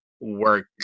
work